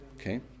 Okay